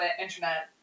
internet